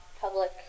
public